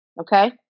Okay